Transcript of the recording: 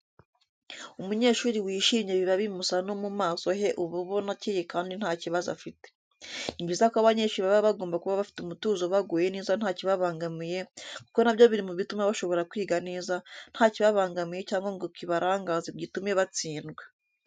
Umunyeshuri wishimye biba bimusa no mu maso he uba ubona akeye kandi nta kibazo afite. Ni byiza ko abanyeshuri baba bagomba kuba bafite umutuzo baguwe neza ntakibabangamiye, kuko nabyo biri mu bituma bashobora kwiga neza ntakibabangamiye cyangwa ngo kibarangaze gitume batsindwa.